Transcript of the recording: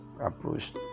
approach